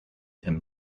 him